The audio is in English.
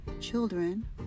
Children